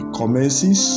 commences